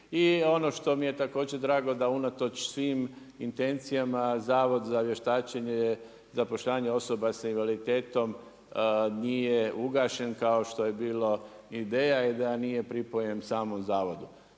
I ono što mi je također drago, da unatoč svim intencijama Zavod za vještačenje, zapošljavanje osoba sa invaliditetom nije ugašen kao što je bilo ideja i da nije pripojen samo zavodu.